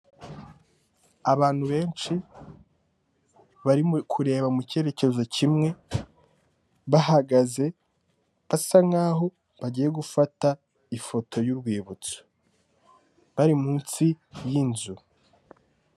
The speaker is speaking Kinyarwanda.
Abantu benshi barimo kureba mu cyerekezo kimwe, bahagaze basa nk'aho bagiye gufata ifoto y'urwibutso, bari munsi y'inzu.